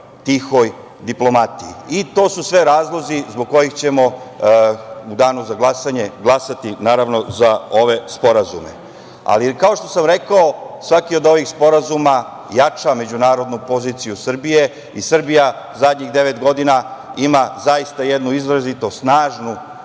tihoj diplomatiji. To su sve razlozi zbog kojih ćemo u danu za glasanje glasati za ove sporazumKao što sam rekao, svaki od ovih sporazuma jača međunarodnu poziciju Srbije i Srbija zadnjih devet godina ima zaista jednu izrazito snažnu